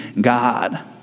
God